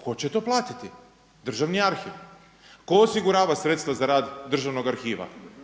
tko će to platiti? Državni arhiv. Tko osigurava sredstva za rad Državnog arhiva?